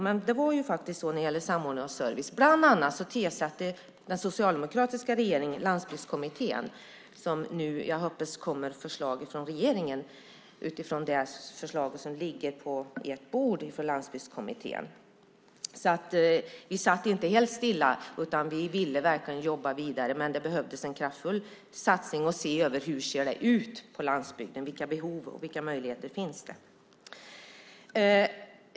Men när det gäller samordning av service tillsatte den socialdemokratiska regeringen Landsbygdskommittén. Jag hoppas att det nu kommer ett förslag från regeringen utifrån det förslag som ligger på ert bord från Landsbygdskommittén. Vi satt alltså inte helt stilla, utan vi ville verkligen jobba vidare. Men det behövdes en kraftfull satsning för att se över behoven och möjligheterna på landsbygden.